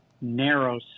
narrow